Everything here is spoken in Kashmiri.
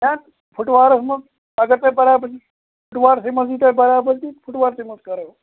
ہہ فُٹوارَس منٛز اگر تۄہہِ برابٔدی فُٹوارسٕے منٛز یی تۄہہِ برابٔدی فُٹوارسٕے منٛز کَرو